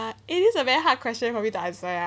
uh it is a very hard question for me to answer ah